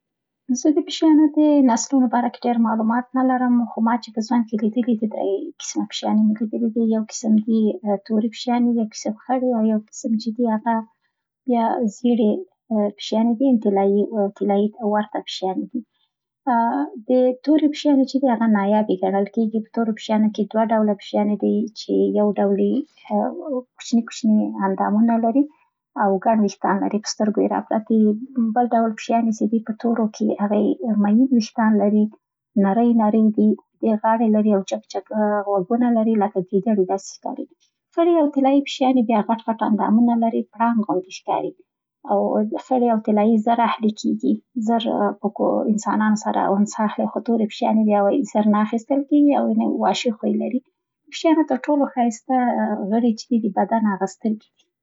زه د پیشانو د نسلونو په باره کې ډېر معلومات نلرم خو ما چې په زوند کې لیدلي دي، درې کسمه پیشانې مې لیدلي دي. یوه کسم دي تورې پیشانې، یو کسم خړې او یو کسم چي دي هغه بیا زېړې پیشاني دي یعنې طلایي، طلایي ته ورته پیشاني دي، د تورې پیشانې چې دي هغه نایابه ګنله کېږي، په تورو پیشانو کې، دوه ډوله پیشانې دي چې یوه ډولې کوچني کوچني اندامونه لري او ګن ویښتان لري په سترګو یې راپراته یي او بل ډول پیشانې سي دي په تورې کې هغی مین ویښتان لري نړۍ نړۍ اوږدې غاړې لري او جګ جګ غوږنه لري لکه ګیدړې داسې ښکاري. خړې او طلایي پیشانې بیا غټ غت اندامونه لري پړانګ غوندې ښکاري او خړې او طلایي زر اهلي کېږي، زر پکو انسانانو سره اونس اخلي خو تورې پیشانې بیا وایي زر نه اخیستل کېږي و یعنې وحشي خوی لري. د پیشانو تر ټولو ښایسته غړي چې دي د بدن هغه سترګې دي